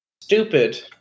stupid